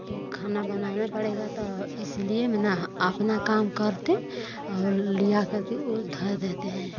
तो खाना बनाना पड़ेगा तो इसलिए मना आपना काम करके और ले आ करके वो धर देते हैं